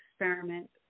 experiment